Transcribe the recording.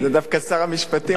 זה דווקא שר המשפטים.